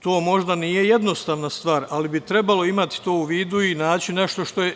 To možda nije jednostavna stvar, ali bi trebalo imati to u vidu i naći nešto što je…